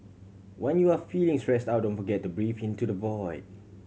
when you are feeling stressed out don't forget to breathe into the void